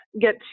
get